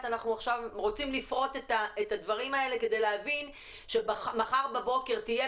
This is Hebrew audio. אנחנו עכשיו רוצים לפרוט את הדברים האלה כדי להבין שמחר בבוקר תהיה